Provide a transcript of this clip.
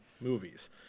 movies